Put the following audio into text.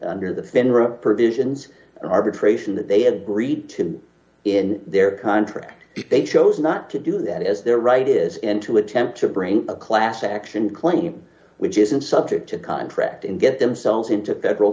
and arbitration that they agreed to in their contract they chose not to do that as their right is in to attempt to bring a class action claim which isn't subject to contract and get themselves into federal